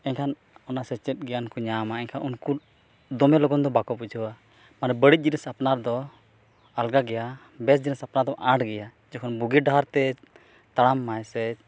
ᱮᱱᱠᱷᱟᱱ ᱚᱱᱟ ᱥᱮᱪᱮᱫ ᱜᱮᱭᱟᱱ ᱠᱚ ᱧᱟᱢᱟ ᱮᱱᱠᱷᱟᱥᱱ ᱩᱱᱠᱩ ᱫᱚᱢᱮ ᱞᱚᱜᱚᱱ ᱫᱚ ᱵᱟᱠᱚ ᱵᱩᱡᱷᱟᱹᱣᱟ ᱢᱟᱱᱮ ᱵᱟᱹᱲᱤᱡ ᱡᱤᱱᱤᱥ ᱟᱯᱱᱟᱨ ᱫᱚ ᱟᱞᱜᱟ ᱜᱮᱭᱟ ᱵᱮᱥ ᱡᱤᱱᱤᱥ ᱟᱯᱱᱟᱨ ᱫᱚ ᱟᱸᱴ ᱜᱮᱭᱟ ᱡᱚᱠᱷᱚᱱ ᱵᱩᱜᱤ ᱰᱟᱦᱟᱨᱛᱮ ᱛᱟᱲᱟᱢ ᱢᱟᱭ ᱥᱮ